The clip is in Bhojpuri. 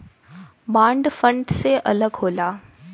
बांड फंड से अलग होला